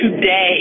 today